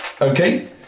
Okay